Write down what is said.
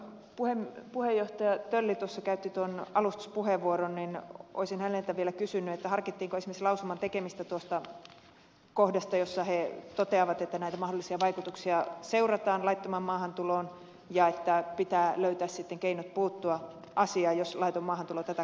kun puheenjohtaja tölli tuossa käytti tuon alustuspuheenvuoron niin olisin häneltä vielä kysynyt harkittiinko esimerkiksi lausuman tekemistä tuosta kohdasta jossa he toteavat että näitä mahdollisia vaikutuksia laittomaan maahantuloon seurataan ja että pitää löytää sitten keinot puuttua asiaan jos laiton maahantulo tätä kautta kasvaa